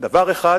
דבר אחד,